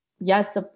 yes